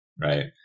Right